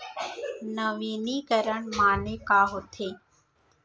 नवीनीकरण माने का होथे?